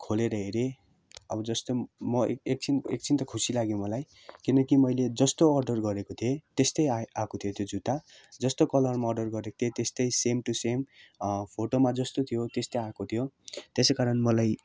खोलेर हेरेँ अब जस्तो म एकक्षण एकक्षण त खुसी लाग्यो मलाई किनकि मैले जस्तो अर्डर गरेको थिएँ त्यस्तै आए आएको थियो त्यो जुत्ता जस्तो कलरमा अर्डर गरेको थिएँ त्यस्तै सेम टु सेम फोटोमा जस्तो थियो त्यस्तै आएको थियो त्यसै कारण मलाई